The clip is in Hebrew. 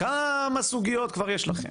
כמה סוגיות כבר יש לכם?